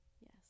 Yes